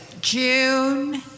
June